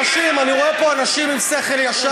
אנשים, אני רואה פה אנשים עם שכל ישר.